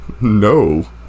no